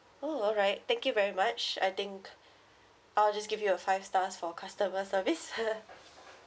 oh alright thank you very much I think I'll just give you a five stars for customer service